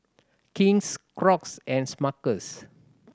King's Crocs and Smuckers